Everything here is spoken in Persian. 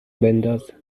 بندازه